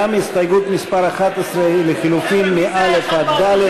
11 עם לחלופין מא' עד ד'